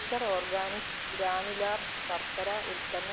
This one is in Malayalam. ഫ്യൂച്ചർ ഓർഗാനിക്സ് ഗ്രാനുലാർ ശർക്കര ഉൽപ്പന്നം നൂറ് രൂപയ്ക്ക് ലഭ്യമാണോ